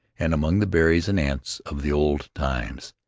and among the berries and ants of the old times.